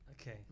Okay